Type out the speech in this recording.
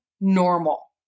normal